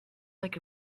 like